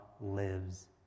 lives